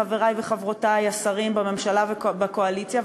חברי וחברותי השרים בממשלה ובקואליציה,